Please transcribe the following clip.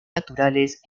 naturales